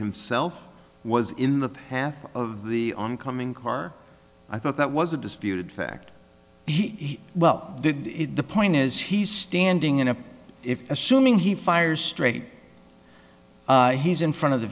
himself was in the path of the oncoming car i thought that was a disputed fact he well did it the point is he's standing in a if assuming he fires straight he's in front of the